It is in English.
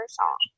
song